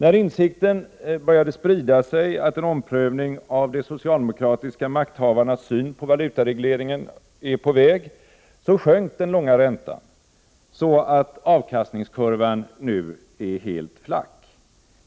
När insikten började sprida sig att en omprövning av de socialdemokratiska makthavarnas syn på valutaregleringen är på väg, sjönk den långa räntan, så att avkastningskurvan nu är helt flack.